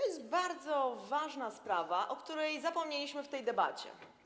Jest bardzo ważna sprawa, o której zapomnieliśmy w tej debacie.